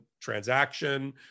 transaction